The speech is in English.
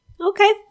Okay